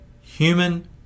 human